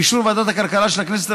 באישור ועדת הכלכלה של הכנסת,